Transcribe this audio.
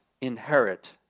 inherit